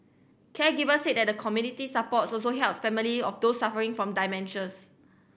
caregivers said that the community support also helps family of those suffering from dementias